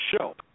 show